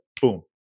Boom